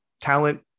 talent